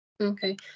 Okay